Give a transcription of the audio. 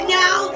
now